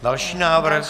Další návrh.